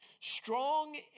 strong